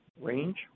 range